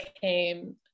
came